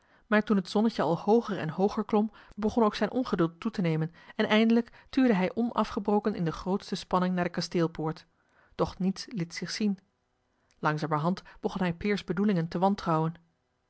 maar toen het zonnetje al hooger en hooger klom begon ook zijn ongeduld toe te nemen en eindelijk tuurde hij onafgebroken in de grootste spanning naar de kasteelpoort doch niets liet zich zien langzamerhand begon hij peer's bedoelingen te wantrouwen